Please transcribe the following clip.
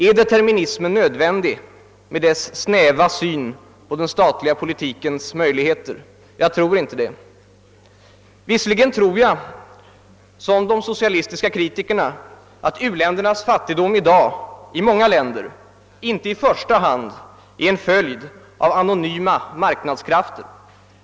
Är determinismen nödvändig med dess snäva syn på den statliga politikens möjligheter? Jag tror inte det. Visserligen tror jag som de socialistiska kritikerna att u-ländernas fattigdom i dag på många håll inte i första hand är en följd av anonyma marknadskrafter.